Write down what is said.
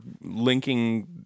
linking